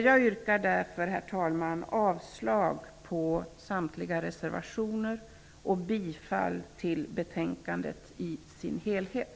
Jag yrkar därför, herr talman, avslag på samtliga reservationer och bifall till hemställan i sin helhet.